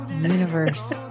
universe